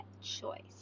choice